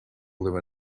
live